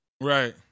Right